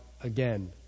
again